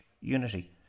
unity